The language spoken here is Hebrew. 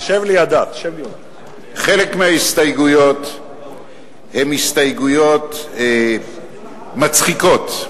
חלק מההסתייגויות הן הסתייגויות מצחיקות.